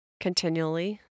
continually